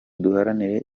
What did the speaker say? duharanire